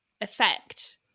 effect